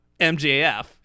mjf